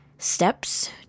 steps